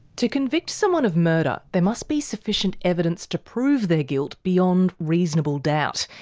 to convict someone of murder, there must be sufficient evidence to prove their guilt beyond reasonable doubt.